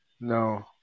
no